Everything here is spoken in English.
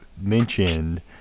mentioned